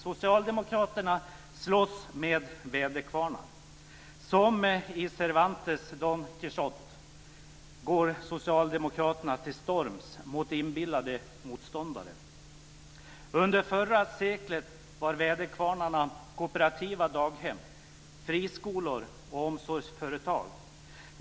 Socialdemokraterna slåss med väderkvarnar. Som i Cervantes Don Quijote går socialdemokraterna till storms mot inbillade motståndare. Under förra seklet var väderkvarnarna kooperativa daghem, friskolor och omsorgsföretag.